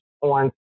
on